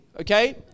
okay